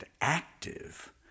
active